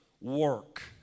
work